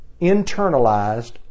internalized